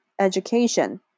Education